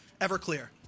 Everclear